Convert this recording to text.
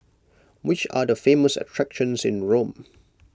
which are the famous attractions in Rome